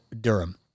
Durham